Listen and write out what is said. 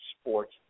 Sports